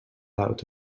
out